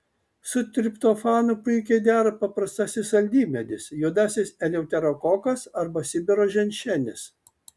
su triptofanu puikiai dera paprastasis saldymedis juodasis eleuterokokas arba sibiro ženšenis